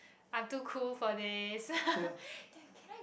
I'm too cool for this then can I just